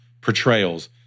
portrayals